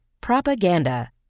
propaganda